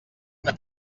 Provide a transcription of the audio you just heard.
una